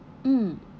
mm